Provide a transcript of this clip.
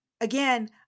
again